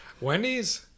Wendy's